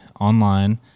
online